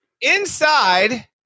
Inside